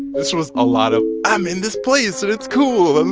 this was a lot of, i'm in this place, and it's cool, and,